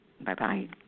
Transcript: Bye-bye